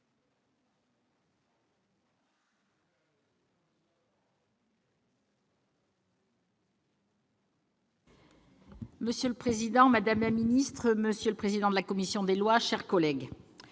Monsieur le président, madame la ministre, monsieur le président de la commission des lois, mes chers collègues,